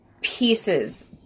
pieces